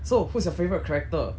so who's your favourite character